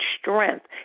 strength